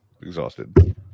exhausted